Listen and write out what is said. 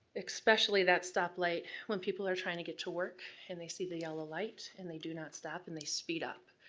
especially that stop light when people are trying to get to work and they see the yellow light and they do not stop and they speed up.